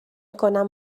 کنم